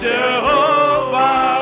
Jehovah